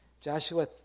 Joshua